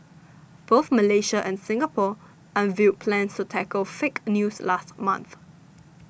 both Malaysia and Singapore unveiled plans to tackle fake news last month